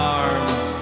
arms